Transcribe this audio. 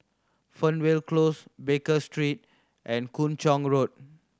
Fernvale Close Baker Street and Kung Chong Road